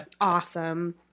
awesome